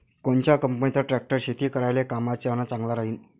कोनच्या कंपनीचा ट्रॅक्टर शेती करायले कामाचे अन चांगला राहीनं?